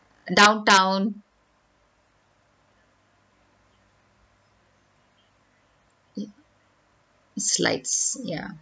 downtown e~ slides ya